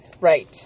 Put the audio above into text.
Right